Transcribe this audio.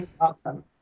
awesome